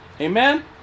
Amen